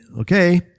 okay